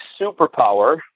superpower